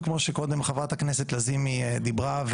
וכמו שקודם חברת הכנסת לזימי דיברה,